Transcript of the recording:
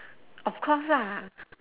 of course ah